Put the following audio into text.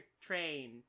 Train